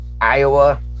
Iowa